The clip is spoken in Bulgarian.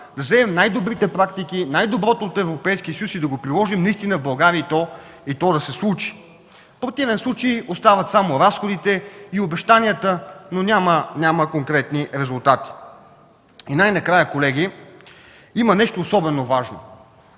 да вземем най-добрите практики, най-доброто от Европейския съюз, да го приложим в България и то да се случи. В противен случай остават само разходите и обещанията, но няма конкретни резултати. И най-накрая, колеги, има нещо особено важно: